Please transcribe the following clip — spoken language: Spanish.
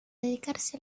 dedicarse